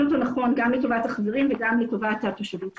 אותו נכון גם לטובת החברים וגם לטובת התושבים שלהם.